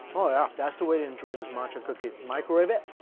oh yeah, that's the way to enjoy this matcha cookie. microwave it.